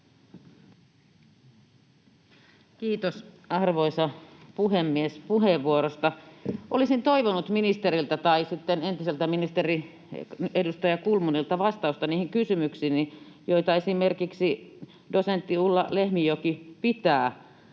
Kiitos, arvoisa puhemies, puheenvuorosta! Olisin toivonut ministeriltä tai sitten entiseltä ministeriltä, edustaja Kulmunilta vastausta niihin kysymyksiini, joita esimerkiksi dosentti Ulla Lehmijoki pitää